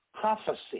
prophecy